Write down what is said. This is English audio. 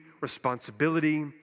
responsibility